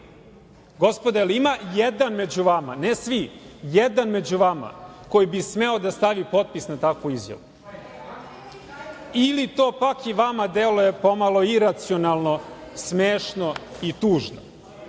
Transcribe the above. Gospodo, jel ima jedan među vama, ne svi, jedan među vama koji bi smeo da stavi potpis na takvu izjavu ili to pak i vama deluje pomalo iracionalno, smešno i tužno?E,